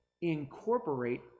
incorporate